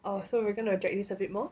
oh so we're going to drag this a bit more